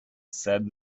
said